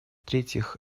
третьих